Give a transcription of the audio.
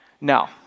now